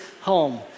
home